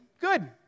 good